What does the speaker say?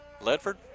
Ledford